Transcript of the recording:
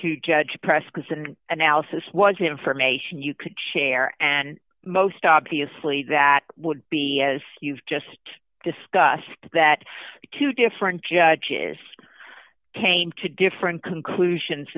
to judge press corps and analysis was information you could share and most obviously that would be as you've just discussed that two different judges came to different conclusions